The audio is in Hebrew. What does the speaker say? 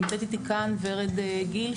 ונמצאת איתי כאן ורד גיל,